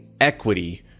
equity